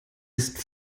ist